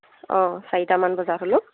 অঁ চাৰিটামান বজাত হ'লেও